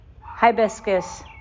hibiscus